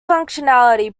functionality